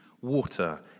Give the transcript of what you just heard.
water